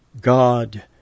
god